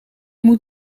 moet